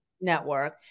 network